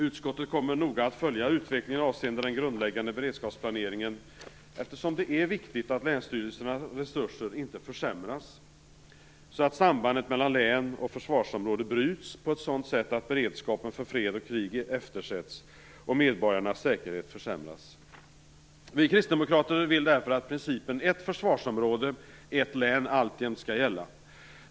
Utskottet kommer noga att följa utvecklingen avseende den grundläggande beredskapsplaneringen eftersom det är viktigt att länsstyrelsernas resurser inte försämras så, att sambandet mellan län och försvarsområdet bryts på ett sådant sätt att beredskapen för fred och krig eftersätts och medborgarnas säkerhet försämras. Vi kristdemokrater vill därför att principen ett försvarsområde-ett län alltjämt skall gälla.